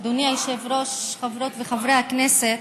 אדוני היושב-ראש, חברות וחברי הכנסת,